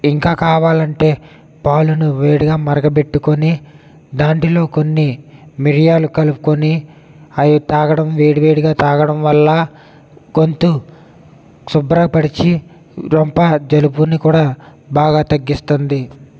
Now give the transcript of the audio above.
ఇంకా కావాలి అంటే పాలను వేడిగా మరగపెట్టుకొని దాంట్లో కొన్ని మిరియాలు కలుపుకొని అవి తాగడం వేడివేడిగా తాగడం వల్ల గొంతు శుభ్రపరిచి రొంప జలుబుని కూడా బాగా తగ్గిస్తుంది